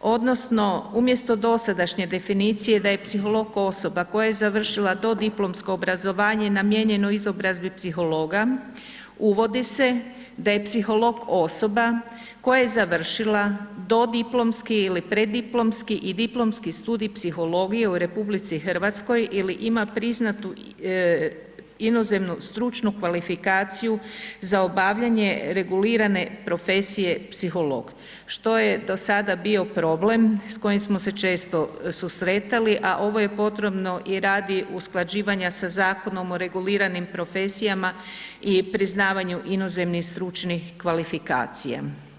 odnosno umjesto dosadašnje definicije da je psiholog osoba koja je završila dodiplomsko obrazovanje namijenjeno izobrazbi psihologa, uvodi se da je psiholog osoba koja je završila dodiplomski ili preddiplomski i diplomski studij psihologije u RH ili ima priznatu inozemnu stručnu kvalifikaciju za obavljanje regulirane profesije psiholog, što je do sada bio problem s kojim smo se često susretali, a ovo je potrebno i radi usklađivanja sa Zakonom o reguliranim profesijama i priznavanju inozemnih stručnih kvalifikacija.